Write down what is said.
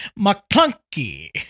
McClunky